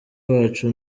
wacu